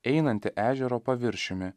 einantį ežero paviršiumi